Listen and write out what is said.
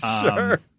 Sure